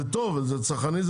זה טוב וזה צרכני,